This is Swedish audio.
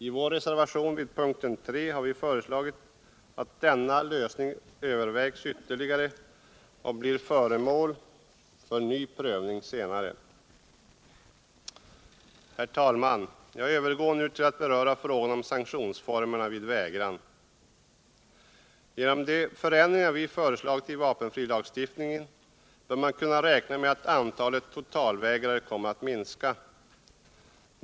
I vår reservation vid punkten 3 har vi föreslagit att denna lösning övervägs ytterligare och blir föremål för ny prövning senare. Herr talman! Jag övergår nu till att beröra frågan om sanktionsformer vid vägran. Genom de förändringar vi föreslagit i vapenfrilagstiftningen bör man kunna räkna med att antalet totalvägrare kommer att minska.